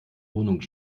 wohnung